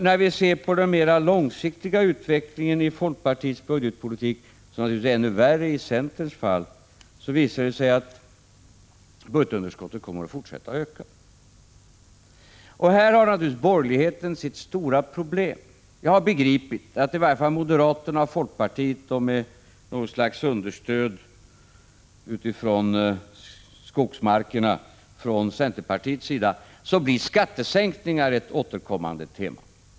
När man ser på den mer långsiktiga utvecklingen enligt folkpartiets budgetpolitik — den är värre i centerns fall — visar det sig att budgetunderskottet kommer att fortsätta att öka. Här har naturligtvis borgerligheten sitt stora problem. Jag har begripit att i varje fall för moderaterna och folkpartiet med något slags stöd i skogsmarkerna från centern blir skattesänkningar ett återkommande tema.